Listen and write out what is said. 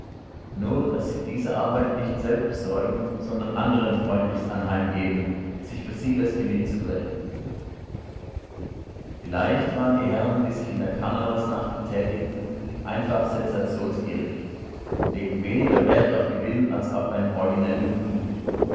nur daß sie diese arbeit nicht selbst besorgen sondern anderen freundlichst anheim geben sich für sie das genick zu brechen vielleicht waren die herren die sich in der karnevalsnacht betätigten einfach sensationsgierig legten weniger wert auf gewinn als auf einen originellen coup